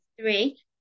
three